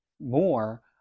more